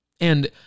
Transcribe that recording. And-